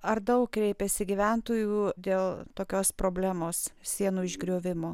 ar daug kreipiasi gyventojų dėl tokios problemos sienų išgriovimo